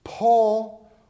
Paul